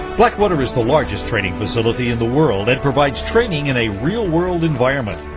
blackwater is the largest training facility in the world and provides training in a real-world environment,